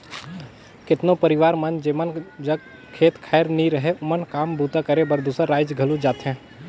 केतनो परिवार मन जेमन जग खेत खाएर नी रहें ओमन काम बूता करे बर दूसर राएज घलो जाथें